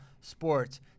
sports